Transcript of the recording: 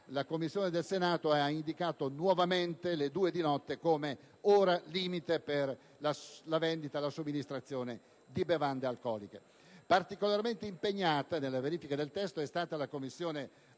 La Commissione del Senato ha infatti indicato nuovamente le ore 2 di notte come ora limite per la vendita e la somministrazione di bevande alcoliche. Particolarmente impegnata nella verifica del testo è stata la Commissione